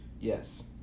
Yes